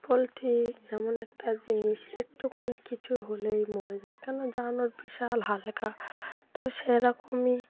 poultry এমন একটা জিনিস একটুখানি কিছু হলেই মরে যায় কেন জান ওর বিশাল হালকা তো সেরকমই